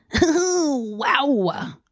wow